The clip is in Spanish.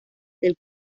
del